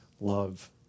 love